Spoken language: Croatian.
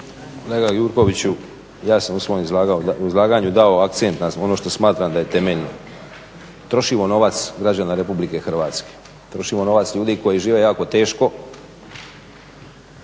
Kolega Gjurkoviću ja sam u svom izlaganju dao akcent na ono što smatram da je temeljno. Trošimo novac građana RH, trošimo novac ljudi koji žive jako teško